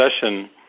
session